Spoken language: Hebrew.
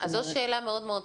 זו שאלה טובה מאוד,